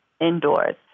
indoors